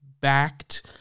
backed